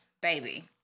baby